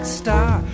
star